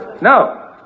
No